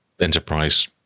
enterprise